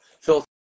Phil